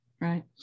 right